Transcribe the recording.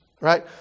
right